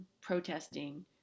protesting